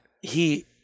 He-